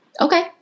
Okay